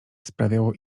sprawiało